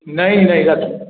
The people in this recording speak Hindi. नहीं नहीं रखिए